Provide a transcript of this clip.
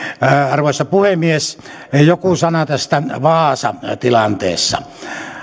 arvoisa puhemies joku sana tästä vaasan tilanteesta